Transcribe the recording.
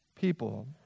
people